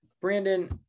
Brandon